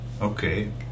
Okay